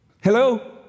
Hello